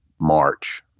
March